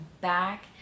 back